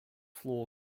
floor